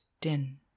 din